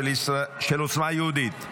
עוצמה יהודית.